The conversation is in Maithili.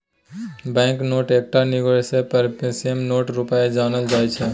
बैंक नोट एकटा निगोसिएबल प्रामिसरी नोट रुपे जानल जाइ छै